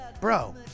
bro